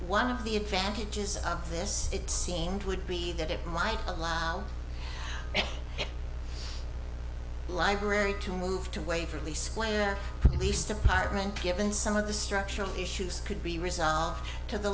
one of the advantages of this it seemed would be that it might allow the library to move to waverly square at least apartment given some of the structural issues could be resolved to the